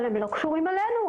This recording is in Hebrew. הם לא קשורים אלינו.